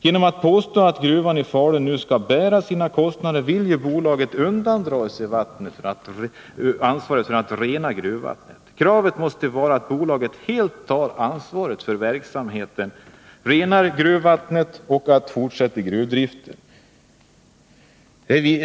Genom att påstå att gruvan i Falun skall bära sina egna kostnader vill ju bolaget undandra sig ansvaret för att rena gruvvattnet. Kravet måste vara att bolaget helt tar ansvaret för verksamheten, renar gruvvattnet och fortsätter gruvdriften.